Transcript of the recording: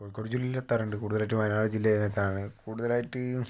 കോഴിക്കോട് ജില്ലയിൽ എത്താറുണ്ട് കൂടുതലായിട്ടും വയനാട് ജില്ലയിൽ അകത്താണ് കൂടുതലായിട്ട്